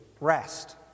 rest